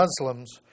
Muslims